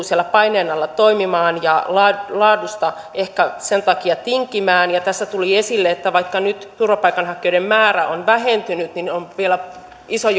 siellä paineen alla toimimaan ja laadusta laadusta ehkä sen takia tinkimään ja tässä tuli esille että vaikka nyt turvapaikanhakijoiden määrä on vähentynyt niin on vielä iso